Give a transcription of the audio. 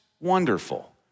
Wonderful